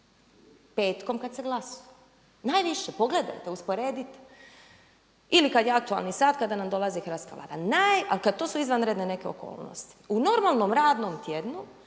Petkom kada se glasuje. Najviše, pogledajte, usporedite. Ili kada je aktualni sat kada nam dolazi hrvatska Vlada. Naj, ali to su izvanredne neke okolnosti. U normalnom radnom tjednu